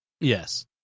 Yes